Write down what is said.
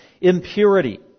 Impurity